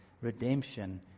redemption